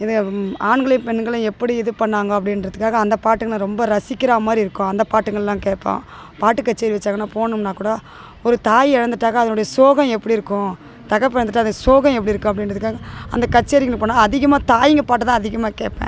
இது ஆண்களையும் பெண்களையும் எப்படி இது பண்ணாங்கோ அப்படின்றதுக்காக அந்த பாட்டுக்கு நான் ரொம்ப ரசிக்கிறா மாதிரி இருக்கும் அந்த பாட்டுங்கள்லாம் கேட்போம் பாட்டு கச்சேரி வச்சாங்கனா போகணும்னா கூட ஒரு தாய் இறந்துட்டாக்கா அதனுடைய சோகம் எப்படிருக்கும் தகப்பன் இறந்துட்டா அந்த சோகம் எப்படிருக்கும் அப்படிங்குறதுக்காக அந்த கச்சேரிக்குனு போன அதிகமாக தாயிங்க பாட்டு தான் அதிகமாக கேட்பேன்